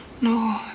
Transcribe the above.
No